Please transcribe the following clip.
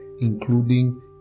including